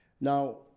Now